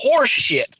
horseshit